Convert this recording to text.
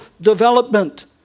development